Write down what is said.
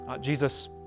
Jesus